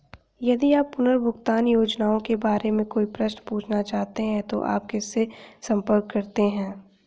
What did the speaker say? यदि आप पुनर्भुगतान योजनाओं के बारे में कोई प्रश्न पूछना चाहते हैं तो आप किससे संपर्क करते हैं?